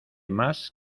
más